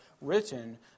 written